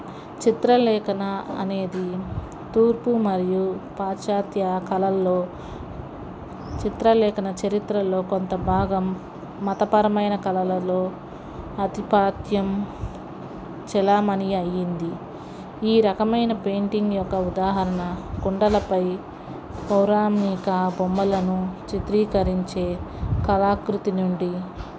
చిత్రలేఖనం అనేది తూర్పు మరియు పాశ్చాత్య కళలలో చిత్రలేఖన చరిత్రలో కొంత భాగం మతపరమైన కళలలో అతిపాత్యం చలామణి అయ్యింది ఈ రకమైన పెయింటింగ్ యొక్క ఉదాహరణ కుండలపై పౌరాణిక బొమ్మలను చిత్రీకరించే కళాకృతి నుండి